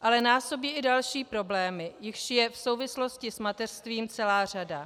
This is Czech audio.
ale má v sobě i další problémy, jichž je v souvislosti s mateřstvím celá řada.